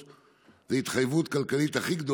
זה הוחלף.